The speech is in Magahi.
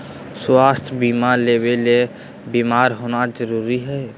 स्वास्थ्य बीमा लेबे ले बीमार होना जरूरी हय?